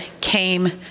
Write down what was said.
came